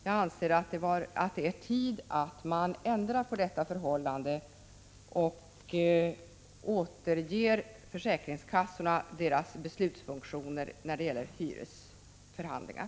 Jag anser att det är tid att man ändrar på detta förhållande och återger försäkringskassorna deras beslutsfunktioner när det gäller hyresförhandlingar.